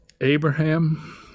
abraham